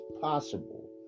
possible